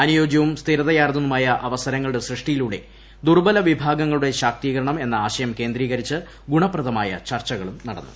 അനുയോജ്യവും സ്ഥിരതയാർന്നതുമായ അവസരങ്ങളുടെ സൃഷ്ടിയിലൂടെ ദുർബലവിഭാഗങ്ങളുടെ ശാക്തീകരണം എന്ന ആശയം കേന്ദ്രീകരിച്ച് ഗുണപ്രദമായ ചർച്ചകളും നടന്നു